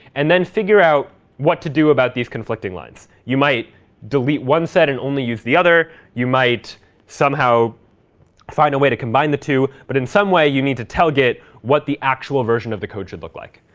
and then figure out what to do about these conflicting lines. you might delete one set and only use the other. you might somehow find a way to combine the two, but, in some way, you need to tell git what the actual version of the code should look like.